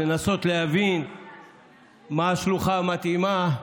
לנסות להבין מה השלוחה המתאימה,